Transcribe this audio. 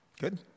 Good